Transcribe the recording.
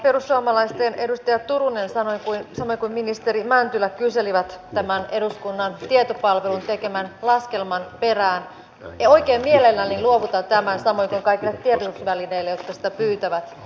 perussuomalaisten edustaja turunen samoin kuin ministeri mäntylä kyselivät tämän eduskunnan tietopalvelun tekemän laskelman perään ja oikein mielelläni luovutan tämän samoin kuin kaikille tiedotusvälineille jotka sitä pyytävät